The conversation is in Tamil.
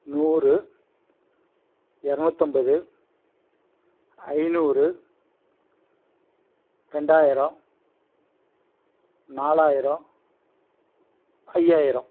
நூறு இரநூத்தம்பது ஐநூறு ரெண்டாயிரம் நாலாயிரம் ஐயாயிரம்